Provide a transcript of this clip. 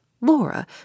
Laura